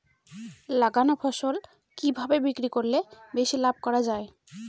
লাগানো ফসল কিভাবে বিক্রি করলে বেশি লাভ করা যায়?